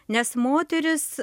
nes moterys